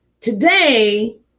today